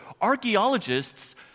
archaeologists